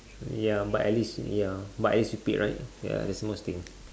ya but at least ya but at least you paid right ya there's worst thing